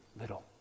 little